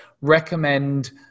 recommend